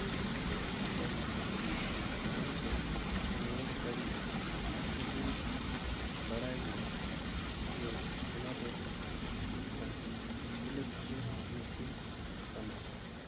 ᱥᱮ ᱛᱟᱭᱚᱢ ᱥᱮᱱ ᱨᱩᱣᱟᱹᱲ ᱫᱟᱲᱮᱭᱟᱜᱼᱟ ᱟᱨᱦᱚᱸ ᱵᱚᱱ ᱵᱟᱲᱟᱭ ᱜᱮᱭᱟ ᱡᱮ ᱚᱱᱟ ᱫᱚ ᱢᱤᱫᱴᱟᱱ ᱤᱞᱮᱠᱴᱨᱤᱠ ᱢᱮᱥᱤᱱ ᱠᱟᱱᱟ